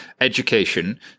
Education